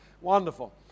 wonderful